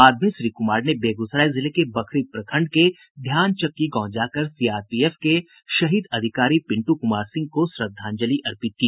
बाद में श्री कुमार ने बेगूसराय जिले के बखरी प्रखंड के ध्यानचक्की गांव जाकर सीआरपीएफ के शहीद अधिकारी पिंटू कुमार सिंह को श्रद्धांजलि अर्पित की